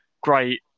great